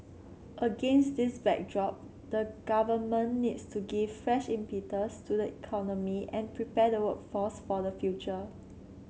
against this backdrop the Government needs to give fresh impetus to the economy and prepare the workforce for the future